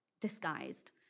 disguised